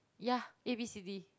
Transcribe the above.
ya A B C D